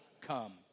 come